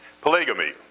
polygamy